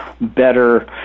better